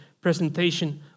presentation